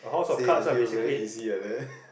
say until very easy like that